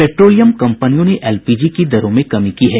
petroleum कंपनियों ने LPG की दरों में कमी की है